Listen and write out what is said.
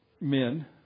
men